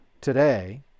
today